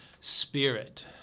spirit